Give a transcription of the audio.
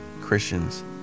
Christians